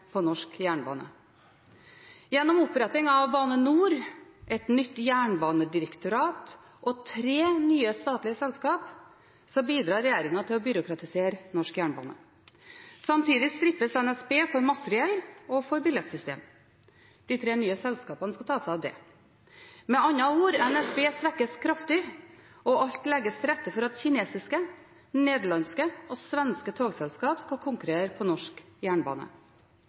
på norsk jernbane. Gjennom oppretting av Bane NOR, et nytt jernbanedirektorat og tre nye statlige selskap bidrar regjeringen til å byråkratisere norsk jernbane. Samtidig strippes NSB for materiell og billettsystem. De tre nye selskapene skal ta seg av det. Med andre ord: NSB svekkes kraftig, og alt legges til rette for at kinesiske, nederlandske og svenske togselskap skal konkurrere på norsk jernbane.